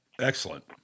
Excellent